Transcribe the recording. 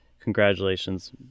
congratulations